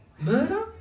murder